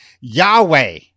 Yahweh